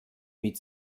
mit